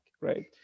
right